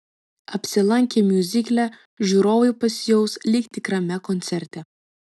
apsilankę miuzikle žiūrovai pasijaus lyg tikrame koncerte